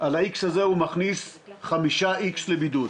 ומהאיקס הזה הוא מכניס 5 איקס לבידוד.